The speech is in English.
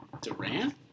Durant